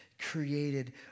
created